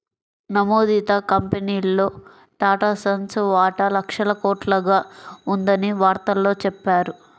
నమోదిత కంపెనీల్లో టాటాసన్స్ వాటా లక్షల కోట్లుగా ఉందని వార్తల్లో చెప్పారు